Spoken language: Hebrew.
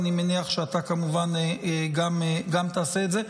ואני מניח שגם אתה תעשה את זה.